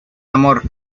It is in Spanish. amor